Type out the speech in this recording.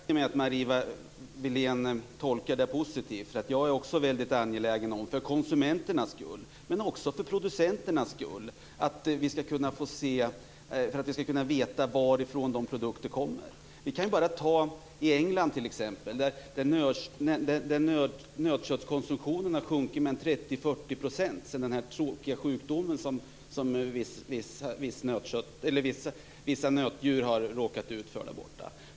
Fru talman! Det gläder mig att Marie Wilén tolkar svaret positivt. Jag är nämligen också angelägen, för konsumenternas men också för producenternas skull, om att vi skall kunna veta varifrån produkterna kommer. Vi kan bara ta exemplet England, där nötköttskonsumtionen har sjunkit med 30-40 % sedan vissa nötdjur har råkat ut för den tråkiga sjukdomen.